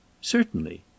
Certainly